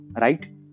right